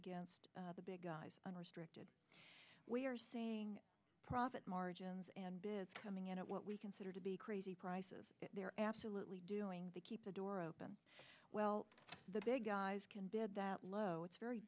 against the big guys unrestricted we are seeing profit margins and bids coming in at what we consider to be crazy prices they're absolutely doing to keep the door open well the big guys can bid that low it's very